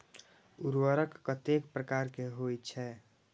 उर्वरक कतेक प्रकार के होई छै?